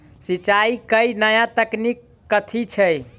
सिंचाई केँ नया तकनीक कथी छै?